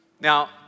Now